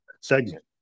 segment